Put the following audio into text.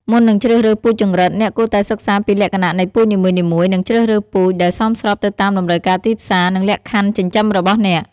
មុននឹងជ្រើសរើសពូជចង្រិត អ្នកគួរតែសិក្សាពីលក្ខណៈនៃពូជនីមួយៗ និងជ្រើសរើសពូជដែលសមស្របទៅតាមតម្រូវការទីផ្សារ និងលក្ខខណ្ឌចិញ្ចឹមរបស់អ្នក។